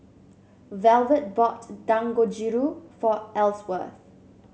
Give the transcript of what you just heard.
Velvet bought Dangojiru for Elsworth